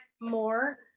more